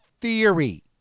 theory